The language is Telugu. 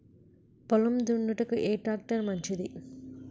పొలం దున్నుటకు ఏ ట్రాక్టర్ మంచిది?